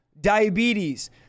diabetes